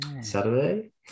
Saturday